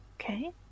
Okay